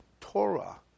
Torah